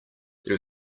there